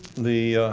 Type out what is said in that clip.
the